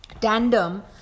tandem